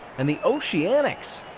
and the oceanics,